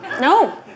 No